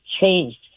changed